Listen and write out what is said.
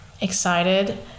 excited